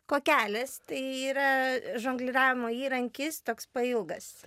kokelis tai yra žongliravimo įrankis toks pailgas